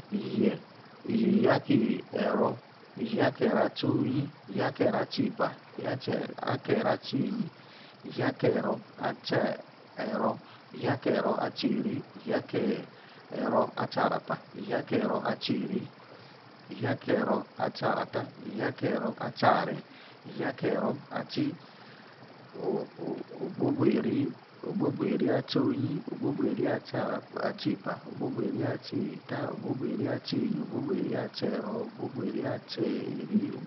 ishie. ishie ake-era ishie ake-ero atsi onyi ishie ake-ero atsi epa. ishie ake-ero atsi enyi ishie ake era atsi ero ishie ake-ero atsi erii ishie ake-ero aatsi arapa. ishie ake-ero atsi erii. ishie ake ero atsi ara ta. ishie ake-ero atsi aranyi. ishie ake-ero atsi obuobu. obuobu erii atsi onyi. obuobu erii ara. epa. obuobu erii atsi eta. obuobu erii atsi enyi. obuobu erii atsi ero. obuobu erii atsi erii